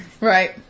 Right